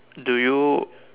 do you